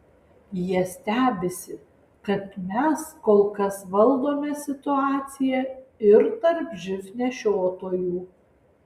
jie stebisi kad mes kol kas valdome situaciją ir tarp živ nešiotojų